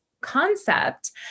concept